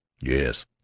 Yes